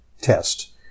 test